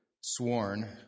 sworn